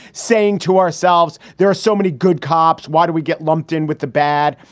saying to ourselves, there are so many good cops, why do we get lumped in with the bad?